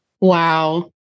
Wow